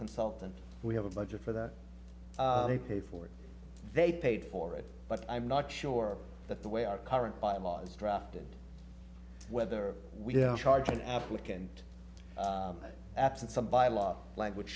consultant we have a budget for that they pay for it they paid for it but i'm not sure that the way our current bylaws drafted whether we didn't charge an applicant absent some bylaw language